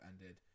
ended